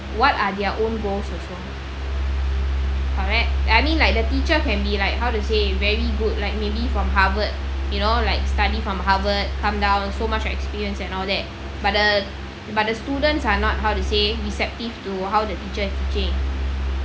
what are their own goals as well correct I mean like the teacher can be like how to say very good like maybe from harvard you know like study from harvard come down so much experience and all that but the but the students are not how to say receptive to how the teacher is teaching